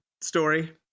story